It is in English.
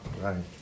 right